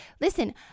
Listen